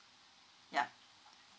yup